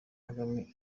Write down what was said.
kagame